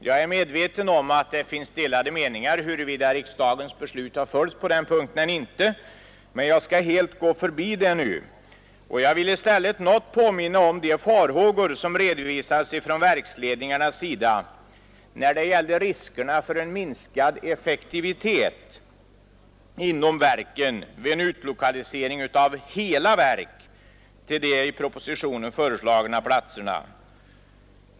Jag är medveten om att det finns delade meningar om huruvida riksdagens beslut har följts på denna punkt eller inte, men jag skall helt gå förbi det nu, och jag vill i stället något påminna om de farhågor som redovisades från verksledningarna när det gällde riskerna för en minskad effektivitet inom verken vid utlokalisering av hela sådana till de i propositionen föreslagna platserna.